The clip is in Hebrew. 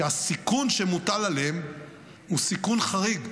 שהסיכון שמוטל עליהם הוא סיכון חריג,